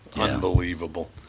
Unbelievable